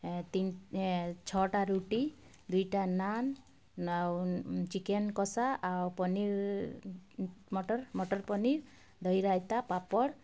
ତିନ୍ ଛ'ଟା ରୁଟି ଦୁଇଟା ନାନ୍ ଆଉ ଚିକେନ୍ କଷା ଆଉ ପନିର୍ ମଟର୍ ମଟର୍ ପନିର୍ ଦହି ରାଇତା ପାପଡ଼୍